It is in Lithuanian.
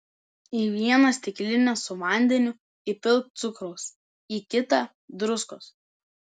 į vieną stiklinę su vandeniu įpilk cukraus į kitą druskos